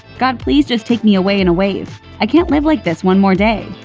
god please just take me away in a wave. i can't live like this one more day.